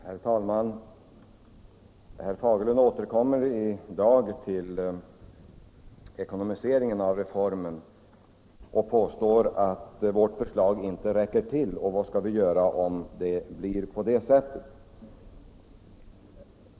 Herr talman! Herr Fagerlund återkommer i dag till frågan om ekonomiseringen av reformen och påstår att de medel som kommer in genom vårt förslag inte räcker till. Vad skall vi göra då, frågade han.